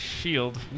shield